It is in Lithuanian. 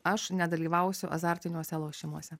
aš nedalyvausiu azartiniuose lošimuose